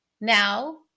Now